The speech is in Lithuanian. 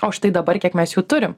o štai dabar kiek mes jų turim